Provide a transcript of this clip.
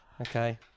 Okay